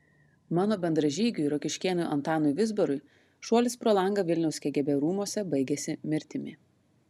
mano bendražygiui rokiškėnui antanui vizbarui šuolis pro langą vilniaus kgb rūmuose baigėsi mirtimi